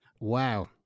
Wow